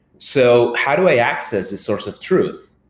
so how do i access the source of truth?